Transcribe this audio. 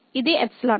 ఇది ϵ